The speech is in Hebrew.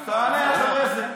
תענה אחרי זה.